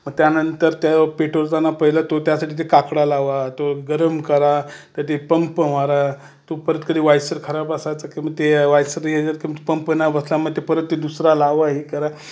मग त्यानंतर तो पेटवताना पहिलं तो त्यासाठी ते काकडा लावा तो गरम करा कधी पंप मारा तो परत कधी वायसर खराब असायचा किंवा मग ते वायसरच्या याच्यात पंप नाही बसल्यामुळे ते परत ते दुसरा लावा हे करा